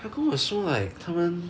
他跟我说 like 他们